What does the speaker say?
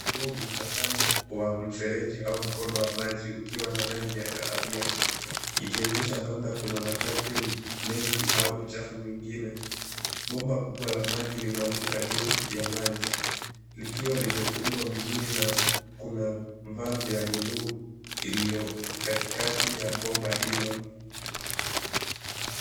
Huu ni mtazamo wa mfereji au mkondo wa maji ukiwa na rangi ya kahawia ikionyesha labda kuna matawi mengi au uchafu mwingine. Bomba kubwa la maji linavuka juu ya maji likiwa limefungwa vizuri na kuna valve ya buluu iliyo katikati ya bomba hilo .